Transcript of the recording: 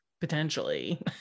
potentially